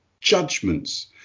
judgments